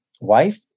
wife